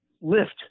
lift